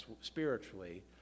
spiritually